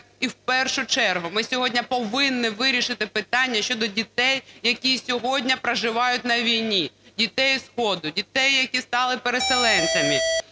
і в першу чергу, ми сьогодні повинні вирішити питання щодо дітей, які сьогодні проживають на війні, дітей сходу, дітей, які стали переселенцями.